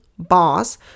BOSS